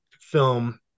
film